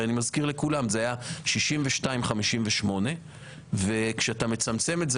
הרי אני מזכיר לכולם שזה היה 62-58 כשאתה מצמצם את זה